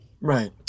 right